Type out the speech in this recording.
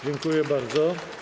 Dziękuję bardzo.